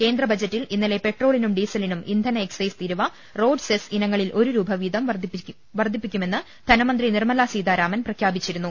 കേന്ദ്ര ബജറ്റിൽ ഇന്നലെ പെട്രോളിനും ഡീസ്ലിനും ഇന്ധന എക്സൈസ് തീരുവ റോഡ് സെസ് ഇനങ്ങളിൽ ഒരു രൂപ വീതം വർധിപ്പിക്കുമെന്ന് ധനമന്ത്രി നിർമലാ സീതാരാമൻ പ്രഖ്യാപിച്ചി രുന്നു